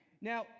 Now